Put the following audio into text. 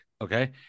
okay